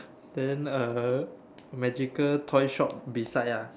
then uh magical toy shop beside ah